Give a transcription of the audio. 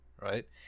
right